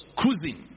cruising